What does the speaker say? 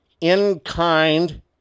in-kind